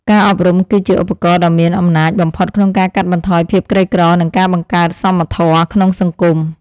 ការអប់រំគឺជាឧបករណ៍ដ៏មានអំណាចបំផុតក្នុងការកាត់បន្ថយភាពក្រីក្រនិងការបង្កើតសមធម៌ក្នុងសង្គម។